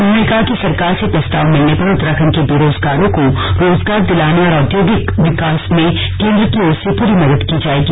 उन्होंने कहा कि सरकार से प्रस्ताव मिलने पर उत्तराखंड के बेरोजगारों को रोजगार दिलाने और औद्योगिक विकास में केन्द्र की ओर से पूरी मदद की जाएगी